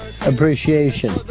appreciation